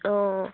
অঁ